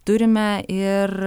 turime ir